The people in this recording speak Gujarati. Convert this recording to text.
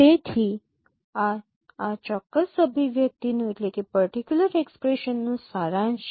તેથી આ આ ચોક્કસ અભિવ્યક્તિનો સારાંશ છે